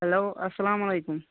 hello اَسَلام علیکُم